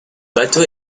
bateau